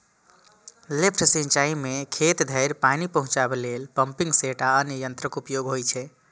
lift सिंचाइ मे खेत धरि पानि पहुंचाबै लेल पंपिंग सेट आ अन्य यंत्रक उपयोग होइ छै